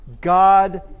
God